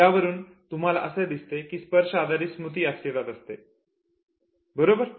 यावरून तुम्हाला असे लक्षात येईल की स्पर्श आधारित स्मृतीही अस्तित्वात असते बरोबर